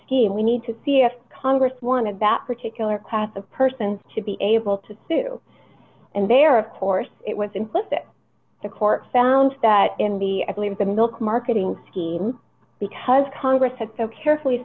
scheme we need to see if congress wanted that particular class of persons to be able to sue and there of course it was implicit the court found that in the at least the milk marketing scheme because congress had so carefully